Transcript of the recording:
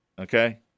Okay